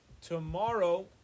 Tomorrow